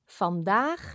Vandaag